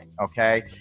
okay